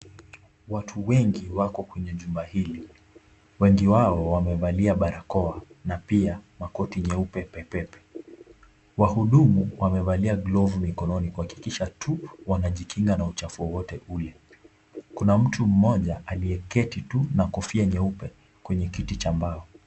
Watu wengi wako kwenye jumba hili. Wengi wao wamevalia barakoa na pia makoti nyeupe pepepe. Wahudumu wamevalia glovu mikononi kuhakikisha tu wanajikinga na uchafu wowote ule. Kuna mtu mmoja aliyeketi tu na kofia nyeupe kwenye kiti cha mbao.